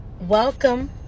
Welcome